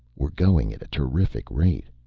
we're going at a terrific rate.